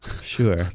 Sure